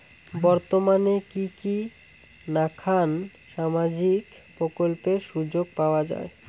বর্তমানে কি কি নাখান সামাজিক প্রকল্পের সুযোগ পাওয়া যায়?